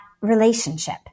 relationship